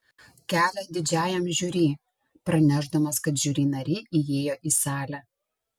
kelią didžiajam žiuri pranešdamas kad žiuri nariai įėjo į salę